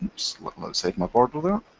little outside my border there.